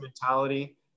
mentality